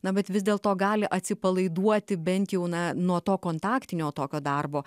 na bet vis dėlto gali atsipalaiduoti bent jau na nuo to kontaktinio tokio darbo